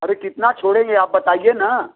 अरे कितना छोड़ेंगे आप बताइए ना